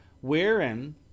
wherein